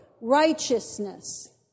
righteousness